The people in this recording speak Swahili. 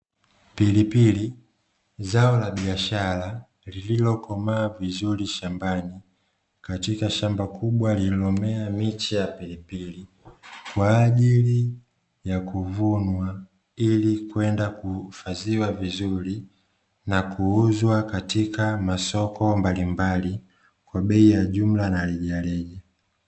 Pilipili, zao la biashara lililokomaa vizuri shambani, katika shamba kubwa lililomea miche ya pilipili, kwa ajili ya kuvunwa ili kwenda kuhifadhiwa vizuri na kuuzwa katika masoko mbalimbali, kwa bei ya jumla na rejareja.